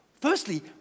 Firstly